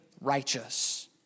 righteous